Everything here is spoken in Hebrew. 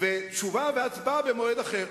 ותשובה והצבעה במועד אחר.